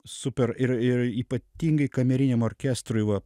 super ir ir ypatingai kameriniam orkestrui va